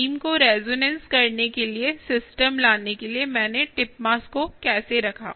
beam को resonance करने के लिए सिस्टम लाने के लिए मैंने टिप मास को कैसे रखा